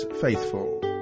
faithful